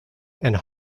and